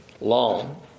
long